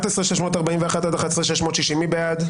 11,641 עד 11,660, מי בעד?